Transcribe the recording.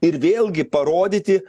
ir vėlgi parodyti